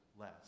less